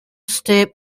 state